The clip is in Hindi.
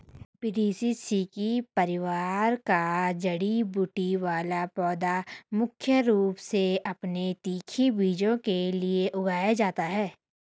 ब्रैसिसेकी परिवार का जड़ी बूटी वाला पौधा मुख्य रूप से अपने तीखे बीजों के लिए उगाया जाता है